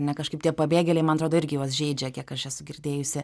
ne kažkaip tie pabėgėliai man atrodo irgi juos žeidžia kiek aš esu girdėjusi